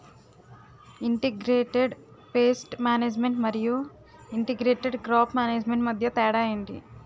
integrated pest management మరియు integrated crop management మధ్య తేడా ఏంటి